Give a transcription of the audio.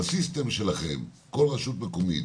בסיסטם שלכם כל רשות מקומית